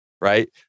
right